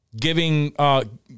giving